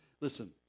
Listen